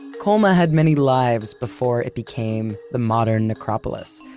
colma had many lives before it became the modern necropolis,